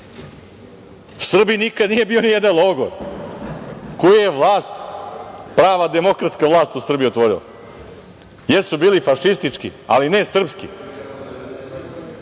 u Srbiji nikada nije bio ni jedan logor koju je vlast, prava demokratska vlast u Srbiji otvorila. Jesu bili fašistički, ali ne srpski.